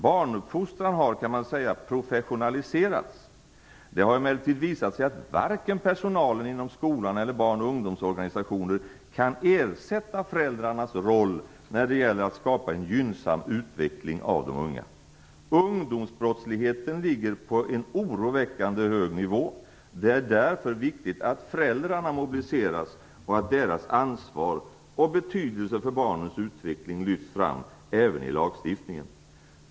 Barnuppfostran har, kan man säga, professionaliserats. Det har emellertid visat sig att varken personalen inom skolan eller barn och ungdomsorganisationer kan ersätta föräldrarnas roll när det gäller att skapa en gynnsam utveckling av de unga. Ungdomsbrottsligheten ligger på en oroväckande hög nivå. Det är därför viktigt att föräldrarna mobiliseras och att deras ansvar och betydelse för barnens utveckling lyfts fram även i lagstiftningen.